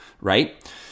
right